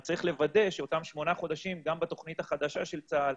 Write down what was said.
אז צריך לוודא שאותם 8 חודשים גם בתוכנית החדשה של צה"ל,